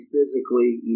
physically